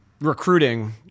Recruiting